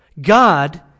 God